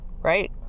right